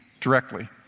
directly